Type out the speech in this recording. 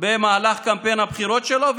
במהלך קמפיין הבחירות שלו.